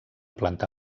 planta